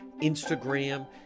instagram